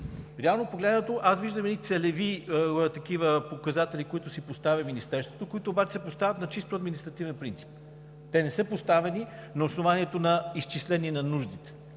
Реално погледнато аз виждам едни целеви показатели, които си поставя Министерството, които обаче се поставят на чисто административен принцип. Те не са поставени на основанието за изчисление на нуждите